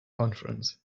conference